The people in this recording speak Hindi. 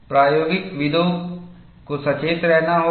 प्रायोगिकविदों को सचेत रहना होगा